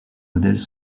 modèles